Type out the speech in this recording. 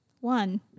one